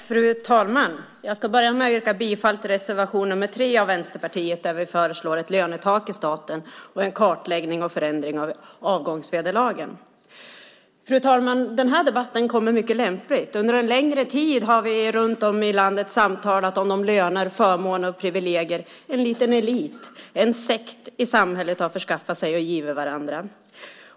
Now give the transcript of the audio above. Fru talman! Jag ska börja med att yrka bifall till reservation nr 3 av Vänsterpartiet där vi föreslår ett lönetak i staten och en kartläggning och förändring av avgångsvederlagen. Fru talman! Den här debatten kommer mycket lämpligt. Under en längre tid har vi runt om i landet samtalat om de löner, förmåner och privilegier som de i en liten elit, en sekt i samhället, har förskaffat sig och givit varandra.